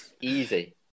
Easy